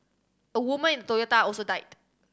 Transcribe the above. a woman in Toyota also died